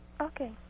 Okay